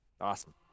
Awesome